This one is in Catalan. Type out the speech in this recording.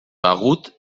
agut